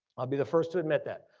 i'll be the first to admit that,